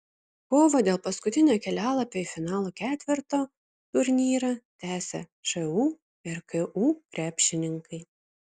kovą dėl paskutinio kelialapio į finalo ketverto turnyrą tęsia šu ir ku krepšininkai